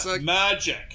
Magic